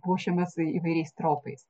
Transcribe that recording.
puošiamas įvairiais tropais